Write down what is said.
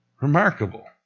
Remarkable